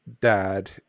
dad